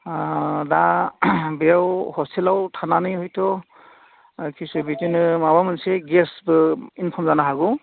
आ दा बेयाव हसटेलाव थानाने हयथ' किसु बिदिनो माबा मोनसे गेसबो जानो हागौ